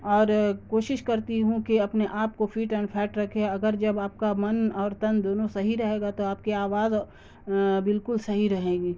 اور کوشش کرتی ہوں کہ اپنے آپ کو فٹ اینڈ فیٹ رکھے اگر جب آپ کا من اور تن دونوں صحیح رہے گا تو آپ کی آواز بالکل صحیح رہے گی